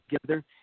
together